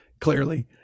clearly